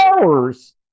hours